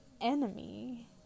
enemy